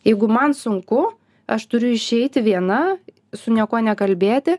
jeigu man sunku aš turiu išeiti viena su niekuo nekalbėti